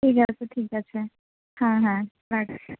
ঠিক আছে ঠিক আছে হ্যাঁ হ্যাঁ রাখছি